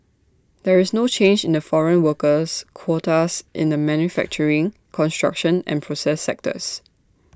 there is no change in the foreign workers quotas in the manufacturing construction and process sectors